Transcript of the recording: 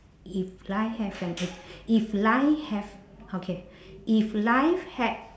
if life have an ach~ if life have okay if life had